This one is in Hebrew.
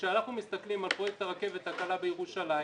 כשאנחנו מסתכלים על פרויקט הרכבת הקלה בירושלים,